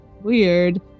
weird